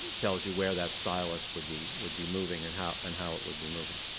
tells you where that stylus would be would be moving and how and how it would be moving.